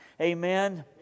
Amen